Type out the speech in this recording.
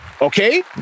Okay